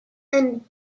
and